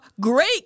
great